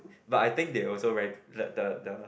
but I think they also very the the the